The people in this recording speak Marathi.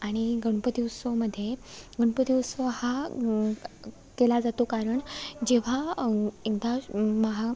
आणि गणपती उत्सवमध्ये गणपती उत्सव हा केला जातो कारण जेव्हा एकदा महा